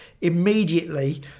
immediately